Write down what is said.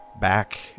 back